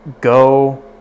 go